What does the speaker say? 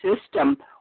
system